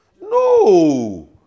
No